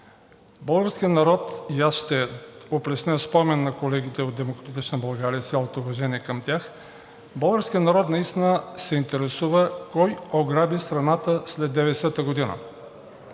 Българският народ, и аз ще опресня спомен на колегите от „Демократична България“, с цялото ми уважение към тях, българският народ наистина се интересува кой ограби страната след 1990 г.